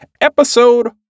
Episode